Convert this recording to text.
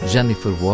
Jennifer